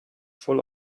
full